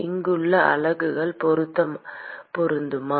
இங்குள்ள அலகுகள் பொருந்துமா